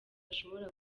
ashobora